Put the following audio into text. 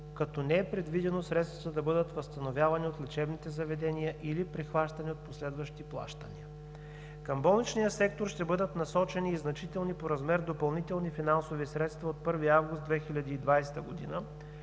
като не е предвидено средствата да бъдат възстановявани от лечебните заведения или прихващани от последващи плащания. Към болничния сектор ще бъдат насочени и значителни по размер допълнителни финансови средства от 1 август 2020 г.,